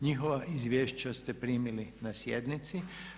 Njihova izvješća ste primili na sjednici.